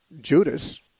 Judas